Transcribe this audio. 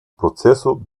процессу